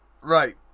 Right